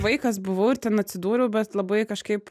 vaikas buvau ir ten atsidūriau bet labai kažkaip